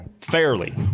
fairly